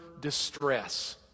distress